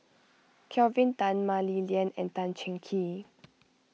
Kelvin Tan Mah Li Lian and Tan Cheng Kee